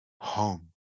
home